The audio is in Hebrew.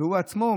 והוא עצמו,